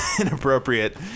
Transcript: inappropriate